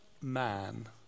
man